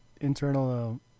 internal